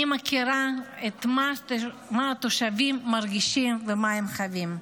אני מכירה את מה שהתושבים מרגישים וחווים.